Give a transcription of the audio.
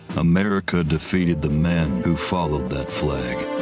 america defeated the men who followed that flag.